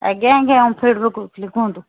ଆଜ୍ଞା ଆଜ୍ଞା ଓମଫେଡ଼ରୁ କହୁଥିଲି କୁହନ୍ତୁ